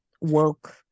woke